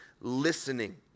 listening